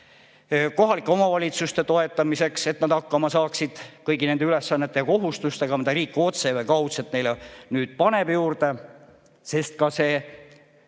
kohalike omavalitsuste toetamiseks, et nad saaksid hakkama kõigi nende ülesannete ja kohustustega, mida riik otse või kaudselt neile nüüd juurde paneb. Sest ka see